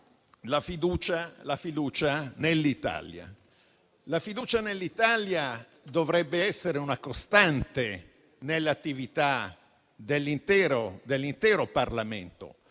fiducia nell'Italia. Questa dovrebbe essere una costante nell'attività dell'intero Parlamento,